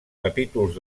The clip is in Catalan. capítols